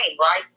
right